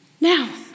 Now